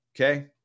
Okay